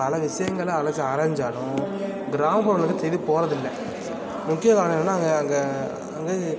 பல விஷயங்கள அலசி ஆராய்ந்தாலும் கிராமப்புறங்கள்லேருந்து செய்தி போகிறதில்ல முக்கிய காரணம் என்னன்னா அங்கே அங்கே அங்கே